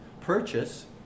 purchase